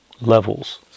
levels